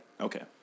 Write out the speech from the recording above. Okay